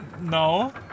No